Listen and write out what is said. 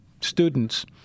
students